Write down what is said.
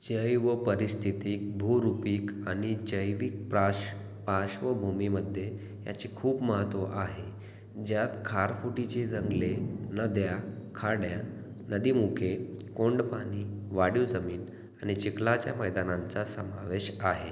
जैवपारिस्थितीक भूरूपिक आणि जैविक प्राश् पार्श्वभूमीमध्ये याचे खूप महत्त्व आहे ज्यात खारफुटीची जंगले नद्या खाड्या नदीमुखे कोंडपाणी वाढीव जमीन आणि चिखलाच्या मैदानांचा समावेश आहे